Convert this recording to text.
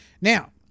Now